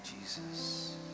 Jesus